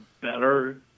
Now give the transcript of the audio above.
better